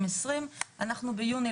זאת אומרת,